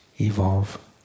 evolve